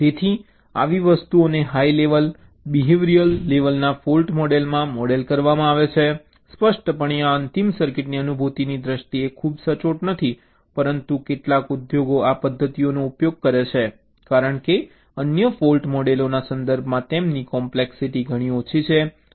તેથી આવી વસ્તુઓને હાઈ લેવલે બિહેવિયરલ લેવલના ફૉલ્ટ મોડલમાં મોડલ કરવામાં આવે છે સ્પષ્ટપણે આ અંતિમ સર્કિટની અનુભૂતિની દ્રષ્ટિએ ખૂબ સચોટ નથી પરંતુ કેટલાક ઉદ્યોગો આ પદ્ધતિઓનો ઉપયોગ કરે છે કારણ કે અન્ય ફૉલ્ટ મોડેલોના સંદર્ભમાં તેમની કોમ્પ્લેક્સિટી ઘણી ઓછી છે